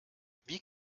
wie